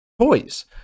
toys